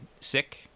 sick